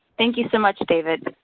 thank you so much david.